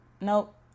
nope